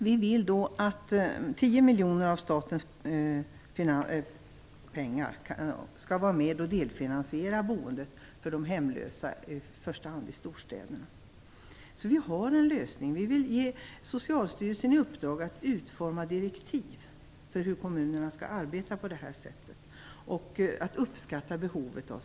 Vi vill att 10 miljoner av statens pengar skall delfinansiera boendet för de hemlösa, i första hand i storstäderna. Vi har en lösning. Vi vill ge Socialstyrelsen i uppdrag att utforma direktiv för hur kommunerna skall arbeta i det här avseendet. Behovet av sängplatser måste uppskattas.